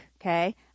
Okay